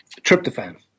tryptophan